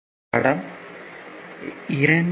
இந்த படம் 2